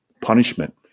punishment